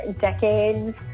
decades